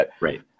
Right